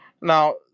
Now